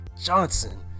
Johnson